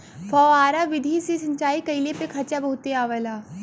फौआरा विधि से सिंचाई कइले पे खर्चा बहुते आवला